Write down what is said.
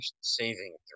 saving